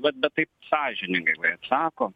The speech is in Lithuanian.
vat bet taip sąžiningai lai atsako